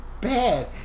bad